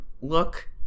look